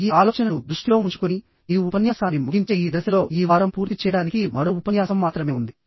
ఈ ఆలోచనను దృష్టిలో ఉంచుకుని ఈ ఉపన్యాసాన్ని ముగించే ఈ దశలో ఈ వారం పూర్తి చేయడానికి మరో ఉపన్యాసం మాత్రమే ఉంది